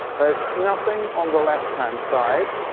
there's nothing on the left-hand side.